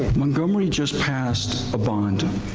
montgomery just passed a bond,